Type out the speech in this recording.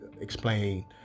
explain